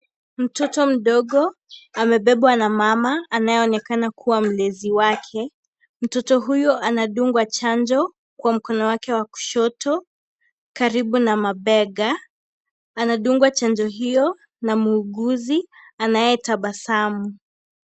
Mtoto mdogo amebebwa na mama anayeonekana kuwa mlezi wake. Mtoto huyo anadungwa chanjo kwa mkono wake wa kushoto karibu na mabega anadungwa chanjo hiyo na muuguzi anayetabasamu.